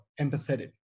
empathetic